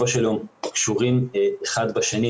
בסופו של יום קשורים אחד בשני,